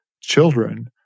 children